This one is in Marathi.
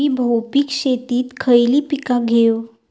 मी बहुपिक शेतीत खयली पीका घेव?